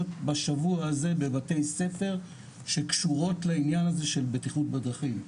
בשבוע הזה בבתי ספר שקשורות לעניין הזה של בטיחות בדרכים.